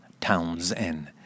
Townsend